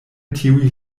tiuj